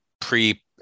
pre